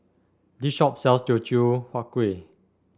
this shop sells Teochew Huat Kueh